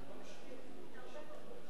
גברתי היושבת-ראש,